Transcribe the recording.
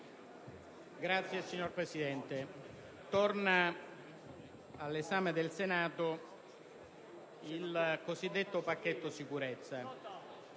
Signor Presidente, torna all'esame del Senato il cosiddetto pacchetto sicurezza,